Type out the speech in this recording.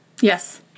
Yes